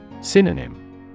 Synonym